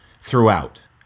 throughout